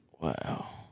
Wow